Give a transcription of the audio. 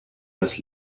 das